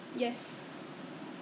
oh so who is at home